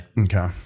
okay